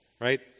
right